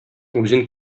үзен